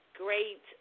Great